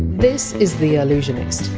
this is the allusionist,